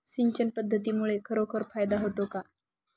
सिंचन पद्धतीमुळे खरोखर फायदा होतो का?